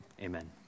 Amen